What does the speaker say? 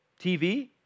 TV